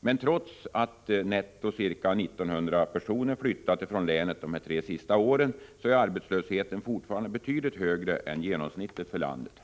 Men trots att netto ca 1900 personer flyttat från länet de tre senaste åren är arbetslösheten fortfarande betydligt högre än genomsnittet för landet.